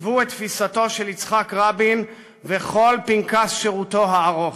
עיצבו את תפיסתו של יצחק רבין ואת כל פנקס שירותו הארוך,